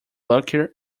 luckier